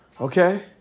Okay